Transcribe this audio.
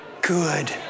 good